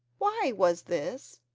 why was this